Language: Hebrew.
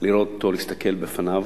לראות אותו, להסתכל בפניו.